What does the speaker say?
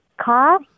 car